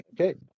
Okay